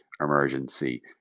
emergency